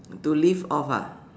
to live off ah